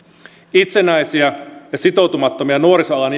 itsenäisiä ja sitoutumattomia nuorisoalan